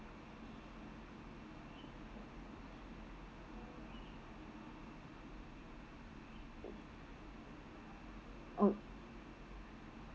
orh